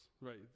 right